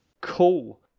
Cool